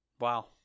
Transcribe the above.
Wow